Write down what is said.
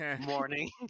Morning